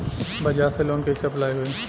बजाज से लोन कईसे अप्लाई होई?